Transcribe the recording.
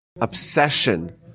obsession